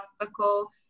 obstacle